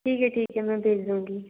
ठीक है ठीक है मैं भेज दूंगी